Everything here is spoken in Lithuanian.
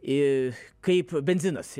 ir kaip benzinas